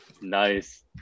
Nice